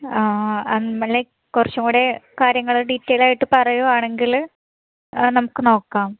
ആ ആ ലൈക് കുറച്ചുംകൂടെ കാര്യങ്ങൾ ഡീറ്റെയ്ൽസ് ആയിട്ട് പറയുകയാണെങ്കിൽ നമുക്ക് നോക്കാം